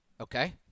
Okay